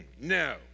No